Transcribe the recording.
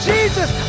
Jesus